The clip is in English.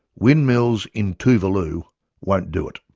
windmills in tuvalu won't do it!